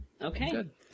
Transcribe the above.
Okay